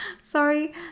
sorry